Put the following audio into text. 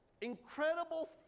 incredible